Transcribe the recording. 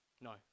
No